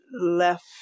left